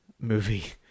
movie